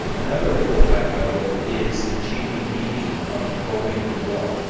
another ripple effect though is the changing meaning of going to war.